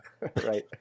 Right